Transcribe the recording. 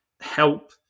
help